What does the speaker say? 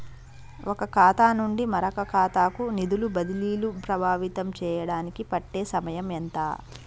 ఒక ఖాతా నుండి మరొక ఖాతా కు నిధులు బదిలీలు ప్రభావితం చేయటానికి పట్టే సమయం ఎంత?